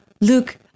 Luke